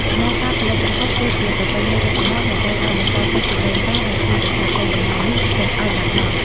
ដំណើរការផលិតប្រហុកគឺជា ប្រពៃណីដ៏ចំណាស់ ដែលត្រូវបានបន្សល់ទុកពីដូនតា ដែលជួយរក្សាកេរដំណែលនេះកុំឱ្យបាត់បង់។